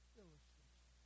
illustration